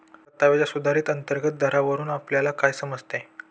परताव्याच्या सुधारित अंतर्गत दरावरून आपल्याला काय समजते?